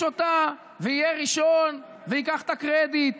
אותה ויהיה ראשון וייקח את הקרדיט.